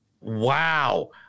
Wow